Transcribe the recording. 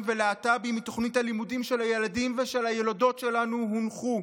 ולהט"ביים מתוכנית הלימודים של הילדים והילדות שלנו הונחו.